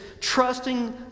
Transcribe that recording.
trusting